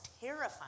terrifying